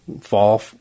fall